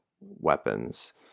weapons